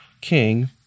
king